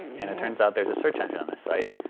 and it turns out there's a search engine on this site.